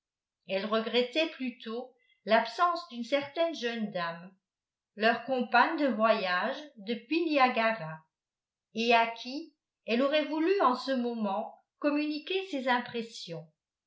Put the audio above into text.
elle regrettait plutôt l'absence d'une certaine jeune dame leur compagne de voyage depuis niagara et à qui elle aurait voulu en ce moment communiquer ses impressions